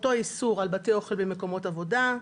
אותו איסור על בתי אוכל במקומות עבודה,